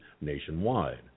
nationwide